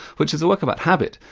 which is a work about habit.